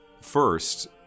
First